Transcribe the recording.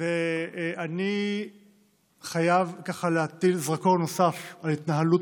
ואני חייב להטיל זרקור נוסף על התנהלות